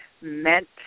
meant